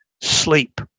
sleep